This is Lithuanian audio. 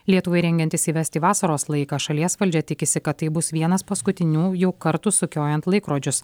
lietuvai rengiantis įvesti vasaros laiką šalies valdžia tikisi kad tai bus vienas paskutiniųjų kartų sukiojant laikrodžius